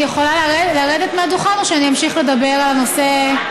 אני יכולה לרדת מהדוכן או שאני אמשיך לדבר על הנושא?